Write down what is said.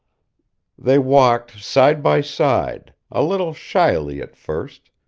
they walked side by side, a little shyly at first,